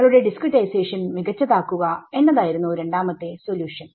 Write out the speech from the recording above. നിങ്ങളുടെ ഡിസ്ക്രിടൈസേഷൻ മികച്ചതാക്കുക എന്നതായിരുന്നു രണ്ടാമത്തെ സൊല്യൂഷൻ